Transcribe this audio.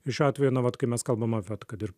šiuo atveju nu vat kai mes kalbam apie vat kad ir